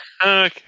Okay